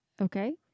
Okay